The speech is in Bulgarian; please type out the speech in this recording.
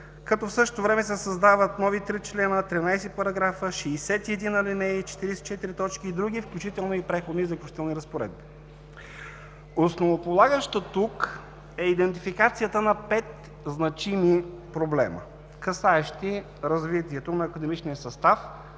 като в същото време се създават нови три члена, 13 параграфа, 61 алинеи, 44 точки и други, включително и Преходни и заключителни разпоредби. Основополагащо тук е идентификацията на пет значими проблема, касаещи развитието на академичния състав,